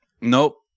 Nope